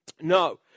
No